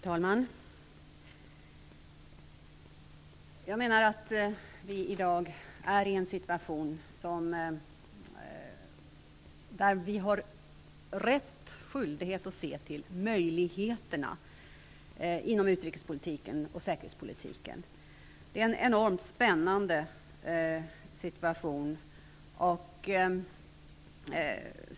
Fru talman! Jag menar att vi i dag är i en situation där vi har rätt och skyldighet att se till möjligheterna inom utrikes och säkerhetspolitiken. Det är en enormt spännande situation.